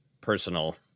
personal